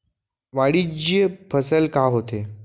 वाणिज्यिक फसल का होथे?